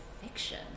Fiction